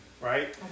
right